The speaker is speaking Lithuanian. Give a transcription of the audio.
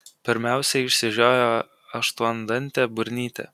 pirmiausia išsižioja aštuondantė burnytė